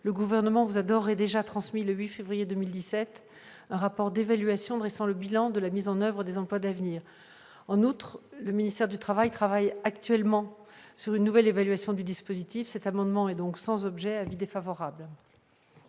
le Gouvernement vous a d'ores et déjà transmis, le 8 février 2017, un rapport d'évaluation dressant le bilan de la mise en oeuvre des emplois d'avenir. En outre, le ministère du travail réfléchit actuellement à une nouvelle évaluation du dispositif. Ces amendements étant sans objet, l'avis est donc défavorable.